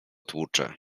tłucze